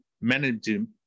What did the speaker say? managing